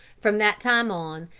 from that time on,